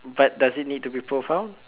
err but does it need to be profound